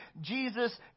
Jesus